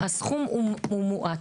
הסכום הוא מועט.